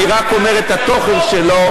אני רק אומר את התוכן שלו,